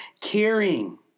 Caring